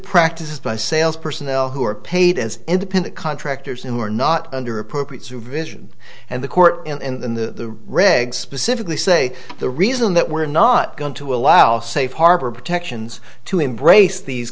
practices by sales personnel who are paid as independent contractors who are not under appropriate supervision and the court in the regs specifically say the reason that we're not going to allow safe harbor protections to embrace these